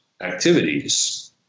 activities